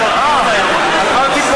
ואני משוכנע, היטב,